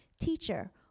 Teacher